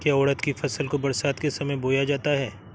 क्या उड़द की फसल को बरसात के समय बोया जाता है?